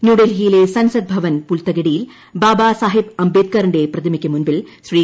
ന്യൂഡൽഹിയിലെ സൻസദ് ഭവൻ പുൽത്തകിടിയിൽ ബാബാ സാഹേബ് അംബേദ്ക്കറിന്റെ പ്രതിമക്ക് മുൻപിൽ ശ്രീ